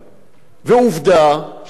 ועובדה שהשר צדק,